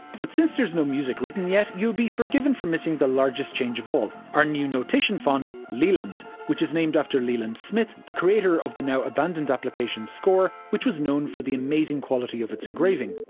but since there's no music written yet, you'll be forgiven for missing the largest change of all our new notation font leland, which is named after leland smith, the creator of the now-abandoned application score which was known for the amazing quality of its engraving.